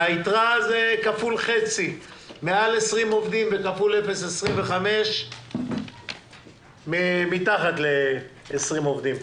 היתרה זה כפול חצי מעל 20 עובדים וכפול 0.25 מתחת ל-20 עובדים.